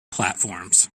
platforms